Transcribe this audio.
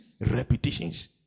repetitions